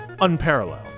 unparalleled